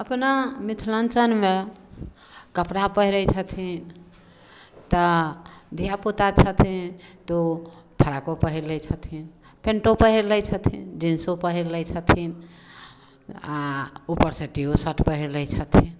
अपना मिथिलाञ्चलमे कपड़ा पहिरै छथिन तऽ धियापुता छथिन तऽ ओ फराको पहिर लै छथिन पैन्टो पहिर लै छथिन जिंसो पहिर लै छथिन आ ऊपर से टीओ शर्ट पहिर लै छथिन